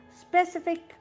specific